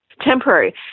temporary